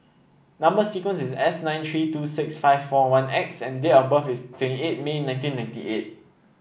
number sequence is S nine three two six five four one X and date of birth is twenty eight May nineteen ninety eight